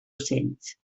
ocells